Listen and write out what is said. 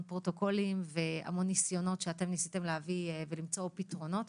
פרוטוקולים והמון ניסיונות שאתם ניסיתם להביא ולמצוא פתרונות.